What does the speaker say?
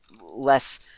less